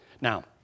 Now